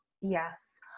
yes